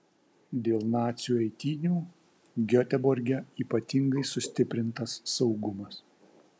dėl nacių eitynių geteborge ypatingai sustiprintas saugumas